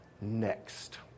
next